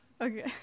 Okay